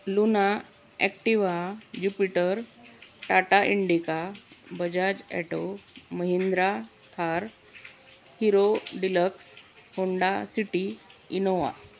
Luna Activa Jupiter Tata Indica Bajaj auto Mahindra Thar Hero Deluxe Honda City Innova